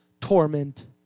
torment